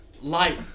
light